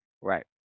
Right